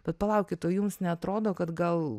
bet palaukit o jums neatrodo kad gal